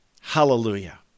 Hallelujah